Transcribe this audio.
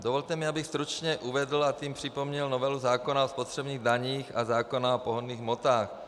Dovolte mi, abych stručně uvedl a tím připomněl novelu zákona o spotřebních daních a zákona o pohonných hmotách.